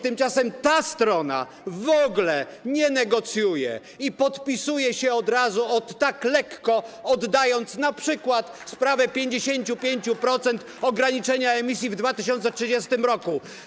Tymczasem ta strona w ogóle nie negocjuje i podpisuje się od razu – ot tak, lekko – oddając np. sprawę 55-procentowego ograniczenia emisji w 2030 r.